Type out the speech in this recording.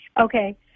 Okay